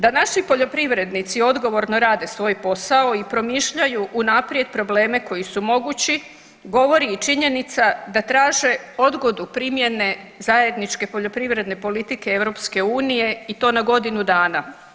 Da naši poljoprivrednici odgovorno rade svoj posao i promišljaju unaprijed probleme koji su mogući govori i činjenica da traže odgodu primjene zajedničke poljoprivredne politike EU i to na godinu dana.